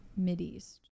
Mideast